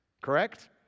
Correct